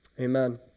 Amen